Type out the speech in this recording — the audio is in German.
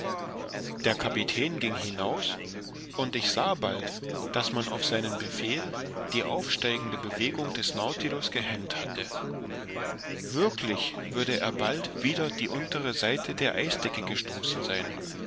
der kapitän ging hinaus und ich sah bald daß man auf seinen befehl die aufsteigende bewegung des nautilus gehemmt hatte wirklich würde er bald wider die untere seite der eisdecke gestoßen sein